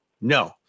No